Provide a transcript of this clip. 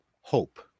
hope